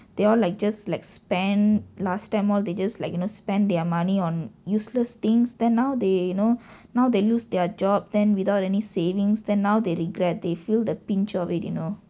they all like just like spent last time all they just like you know spend their money on useless things then now they you know now they lose their job then without any savings then now they regret they feel the pinch of it you know